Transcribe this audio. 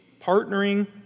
partnering